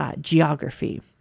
Geography